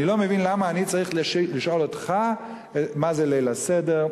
אני לא מבין למה אני צריך לשאול אותך מה זה ליל הסדר,